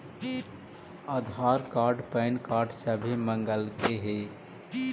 आधार card PAN card सभे मगलके हे?